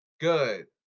Good